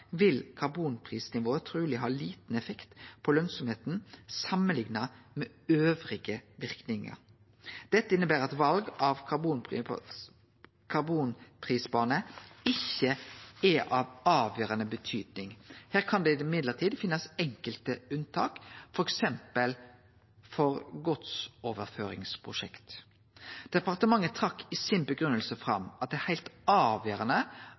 vil karbonprisnivået truleg ha liten effekt på lønnsemda samanlikna med andre verknader. Dette inneber at val av karbonprisbane ikkje er avgjerande. Her kan det likevel vere enkelte unntak, f.eks. for godsoverføringsprosjekt. Departementet trekte i grunngivinga si fram at det er heilt avgjerande